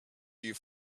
you